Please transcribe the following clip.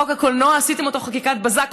חוק הקולנוע, עשיתם אותו בחקיקת בזק.